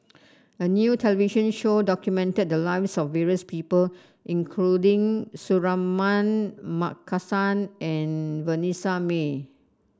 a new television show documented the lives of various people including Suratman Markasan and Vanessa Mae